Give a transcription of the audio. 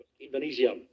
Indonesia